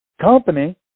company